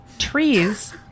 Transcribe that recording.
trees